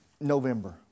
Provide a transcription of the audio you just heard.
November